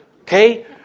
Okay